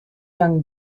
young